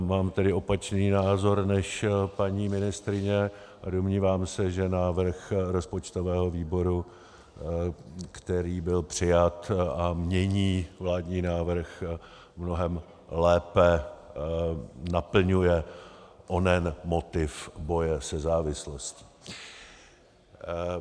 Mám tedy opačný názor než paní ministryně a domnívám se, že návrh rozpočtového výboru, který byl přijat a mění vládní návrh, mnohem lépe naplňuje onen motiv boje se závislostí.